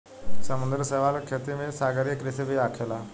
समुंद्री शैवाल के खेती भी सागरीय कृषि में आखेला